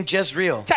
Jezreel